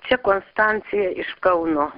čia konstancija iš kauno